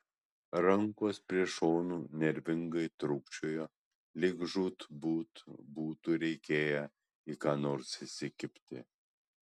rankos prie šonų nervingai trūkčiojo lyg žūtbūt būtų reikėję į ką nors įsikibti